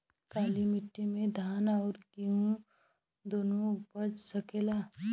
काली माटी मे धान और गेंहू दुनो उपज सकेला?